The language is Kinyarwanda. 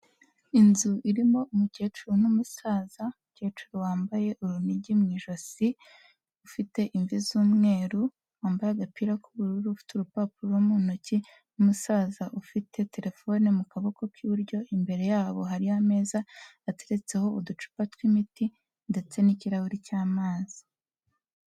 Inzu irimo umukecuru n'umusaza, umukecuru wambaye urunigi mu ijosi ufite imvi z'umweru wambaye agapira k'ubururu ufite urupapuro mu ntoki n'umusaza ufite terefone mu kaboko k'iburyo, imbere yabo hariyo ameza ateretseho uducupa tw'imiti ndetse n'ikirahuri cy'amazi.